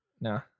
No